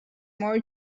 more